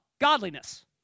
godliness